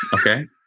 Okay